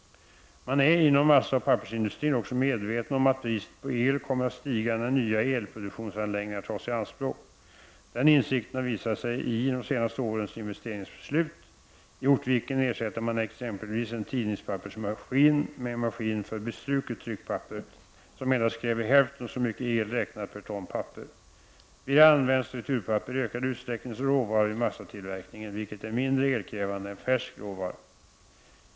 Man är inom massaoch pappersindustrin också medveten om att priset på el kommer att stiga när nya elproduktionsanläggningar tas i anspråk. Den insikten har visat sig i de senaste årens investeringsbeslut. I Ortviken ersätter man exempelvis en tidningspappersmaskin med en maskin för bestruket tryckpapper, som endast kräver hälften så mycket el räknat per ton papper. Vidare används returpapper i ökad utsträckning som råvara vid massatillverkningen, vilket är mindre elkrävande än färsk råvara.